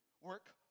work